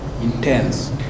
intense